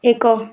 ଏକ